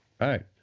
Right